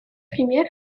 пример